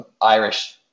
Irish